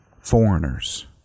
foreigners